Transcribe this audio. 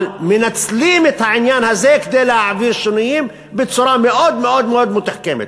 אבל מנצלים את העניין הזה כדי להעביר שינויים בצורה מאוד מאוד מתוחכמת.